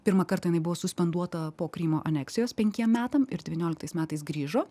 pirmą kartą jinai buvo suspenduota po krymo aneksijos penkiem metam ir devynioliktais metais grįžo